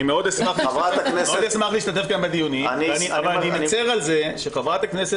אני מאוד אשמח להשתתף בדיונים כאן אבל אני מצר על כך שחברת הכנסת